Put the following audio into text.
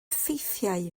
ffeithiau